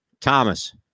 Thomas